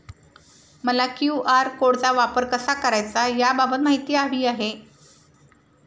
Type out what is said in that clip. मला क्यू.आर कोडचा वापर कसा करायचा याबाबत माहिती हवी आहे